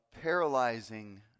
paralyzing